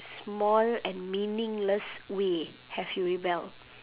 small and meaningless way have you rebelled